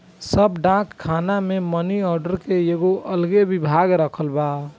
सब डाक खाना मे मनी आर्डर के एगो अलगे विभाग रखल बा